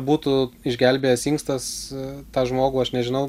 būtų išgelbėjęs inkstas tą žmogų aš nežinau